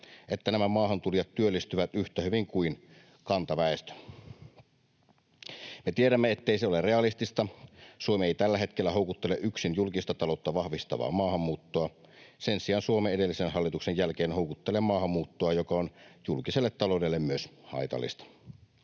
että nämä maahantulijat työllistyvät yhtä hyvin kuin kantaväestö. Me tiedämme, ettei se ole realistista. Suomi ei tällä hetkellä houkuttele yksin julkista taloutta vahvistavaa maahanmuuttoa. Sen sijaan edellisen hallituksen jälkeen Suomi houkuttelee maahanmuuttoa, joka on julkiselle taloudelle myös haitallista.